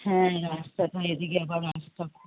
হ্যাঁ রাস্তাটা এইদিকে আবার রাস্তা খু